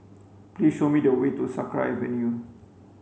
please show me the way to Sakra Avenue